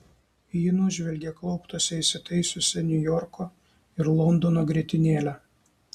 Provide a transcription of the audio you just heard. ji nužvelgė klauptuose įsitaisiusią niujorko ir londono grietinėlę